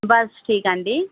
बस ठीक आंटी